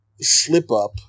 slip-up